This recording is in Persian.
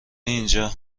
اینجا